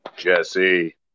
Jesse